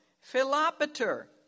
Philopater